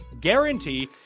guarantee